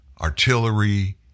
artillery